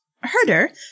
Herder